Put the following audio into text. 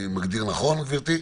אני מגדיר נכון, גברתי?